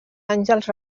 àngels